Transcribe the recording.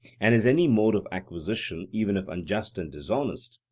and is any mode of acquisition, even if unjust and dishonest,